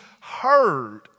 heard